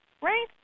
right